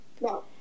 No